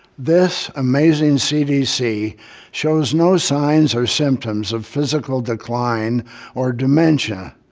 this amazing cdc shows no signs or symptoms of physical decline or dementia,